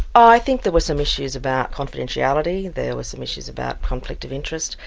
i think there were some issues about confidentiality, there were some issues about conflict of interest,